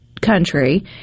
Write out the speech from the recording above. country